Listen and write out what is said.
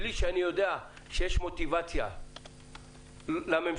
בלי שאני יודע שיש מוטיבציה לממשלה,